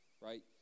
right